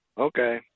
Okay